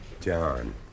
John